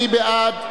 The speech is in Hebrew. מי בעד?